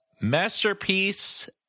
masterpiece